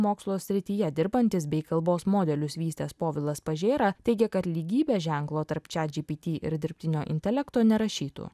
mokslo srityje dirbantis bei kalbos modelius vystęs povilas pažėra teigia kad lygybės ženklo tarp chatgpt ir dirbtinio intelekto nerašytų